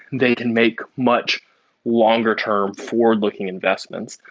they can make much longer term for looking investments.